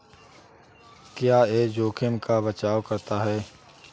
क्या यह जोखिम का बचाओ करता है?